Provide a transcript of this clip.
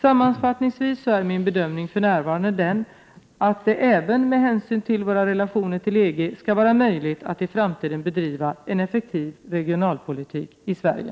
Sammanfattningsvis är min bedömning för närvarande den att det även med hänsyn till våra relationer till EG skall vara möjligt att i framtiden bedriva en effektiv regionalpolitik i Sverige.